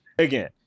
Again